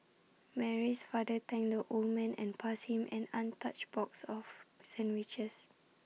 Mary's father thanked the old man and passed him an untouched box of sandwiches